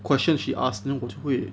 question she ask then 我就会